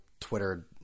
Twitter